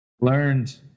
Learned